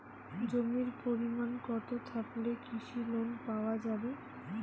জমির পরিমাণ কতো থাকলে কৃষি লোন পাওয়া যাবে?